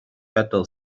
better